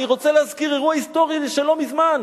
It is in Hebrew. אני רוצה להזכיר אירוע היסטורי של לא מזמן,